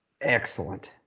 excellent